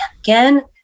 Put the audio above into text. again